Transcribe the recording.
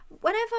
whenever